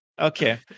Okay